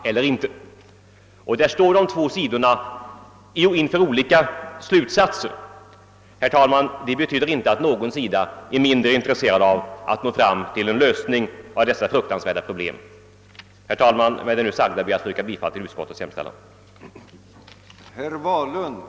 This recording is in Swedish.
Där har de två sidorna kommit fram till olika slutsatser. Det betyder inte att någon sida är mindre intresserad av att nå fram till en lösning av detta fruktansvärda problem. |. Herr talman! Jag ber att få yrka bifall till utrikesutskottets utlåtande nr 1.